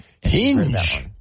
Hinge